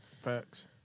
Facts